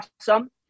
awesome